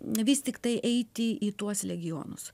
vis tiktai eiti į tuos legionus